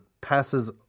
passes